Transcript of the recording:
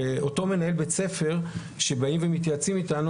ואותו מנהל בית ספר שבא ומתייעץ איתנו,